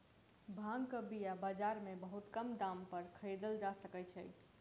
भांगक बीया बाजार में बहुत कम दाम पर खरीदल जा सकै छै